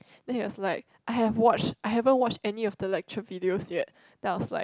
then he was like I have watched I haven't watch any of the lecture videos yet then I was like